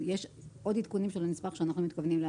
יש עוד עדכונים של המסמך שנאמץ.